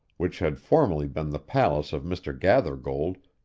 which had formerly been the palace of mr. gathergold,